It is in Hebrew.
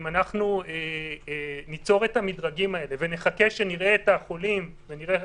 אם ניצור את המדרגים האלה ונחכה שנראה את החולים ונראה,